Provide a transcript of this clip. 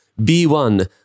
B1